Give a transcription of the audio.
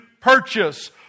purchase